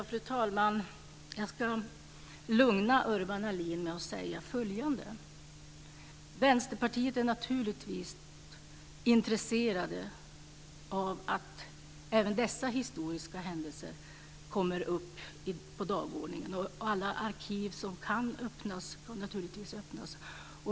Fru talman! Jag ska lugna Urban Ahlin med att säga följande: Vi i Vänsterpartiet är naturligtvis intresserade av att även dessa historiska händelser kommer upp på dagordningen. Alla arkiv som kan öppnas ska naturligtvis öppnas.